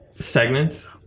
segments